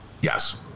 yes